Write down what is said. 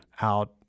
out